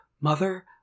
mother